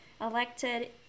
elected